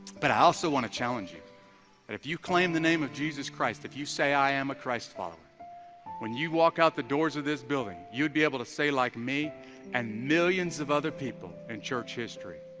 but i also want to challenge you but and if you claim the name of jesus christ if you say i am a christ follower when you walk out the doors of this building, you'd be able to say like me and millions of other people and church history,